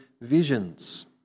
visions